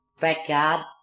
backyard